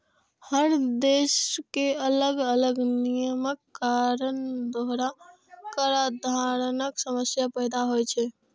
हर देशक अलग अलग नियमक कारण दोहरा कराधानक समस्या पैदा होइ छै